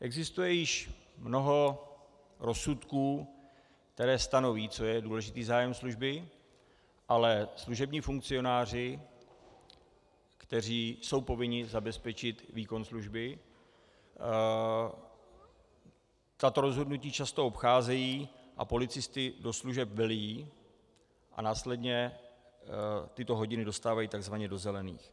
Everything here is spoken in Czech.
Existuje již mnoho rozsudků, které stanoví, co je důležitý zájem služby, ale služební funkcionáři, kteří jsou povinni zabezpečit výkon služby, tato rozhodnutí často obcházejí a policisty do služeb velí a následně tyto hodiny dostávají takzvaně do zelených.